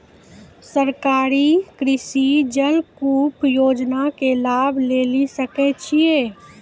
सरकारी कृषि जलकूप योजना के लाभ लेली सकै छिए?